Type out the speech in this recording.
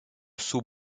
sous